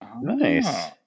Nice